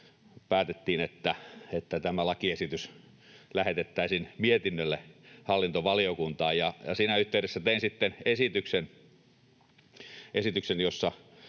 päätettiin, että tämä lakiesitys lähetettäisiin mietinnölle hallintovaliokuntaan. Siinä yhteydessä tein sitten esityksen, jossa